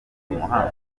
kumuhanda